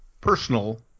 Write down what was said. personal